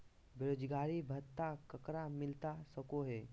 बेरोजगारी भत्ता ककरा मिलता सको है?